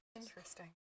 Interesting